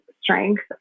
strength